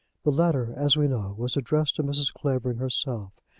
the letter, as we know, was addressed to mrs. clavering herself,